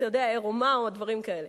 אתה יודע, עירומה או דברים כאלה.